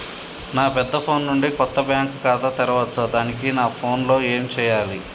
నా పెద్ద ఫోన్ నుండి కొత్త బ్యాంక్ ఖాతా తెరవచ్చా? దానికి నా ఫోన్ లో ఏం చేయాలి?